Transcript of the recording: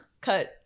Cut